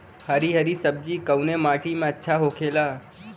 हरी हरी सब्जी कवने माटी में अच्छा होखेला?